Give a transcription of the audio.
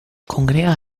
congrega